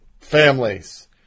families